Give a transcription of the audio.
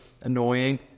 annoying